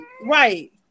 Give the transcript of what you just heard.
Right